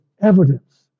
evidence